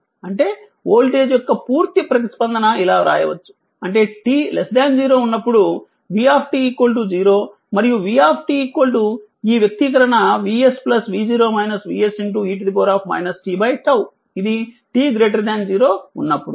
అంటే వోల్టేజ్ యొక్క పూర్తి ప్రతిస్పందన ఇలా వ్రాయవచ్చు అంటే t 0 ఉన్నప్పుడు v 0 మరియు v ఈ వ్యక్తీకరణ VS e t 𝝉 ఇది t 0 ఉన్నప్పుడు